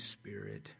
Spirit